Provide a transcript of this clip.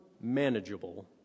manageable